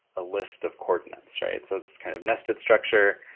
a list of coordinates, right? so this kind of nested structure.